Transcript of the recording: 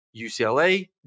UCLA